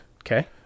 Okay